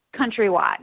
countrywide